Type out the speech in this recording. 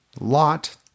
lot